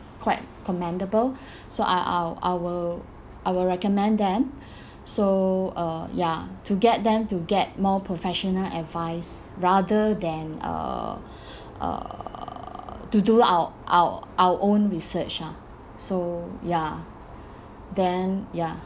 quite commendable so I I'll I will I will recommend them so uh ya to get them to get more professional advice rather than uh uh to do our our our own research lah so ya then ya